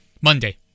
Monday